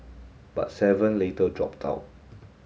but seven later dropped out